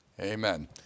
Amen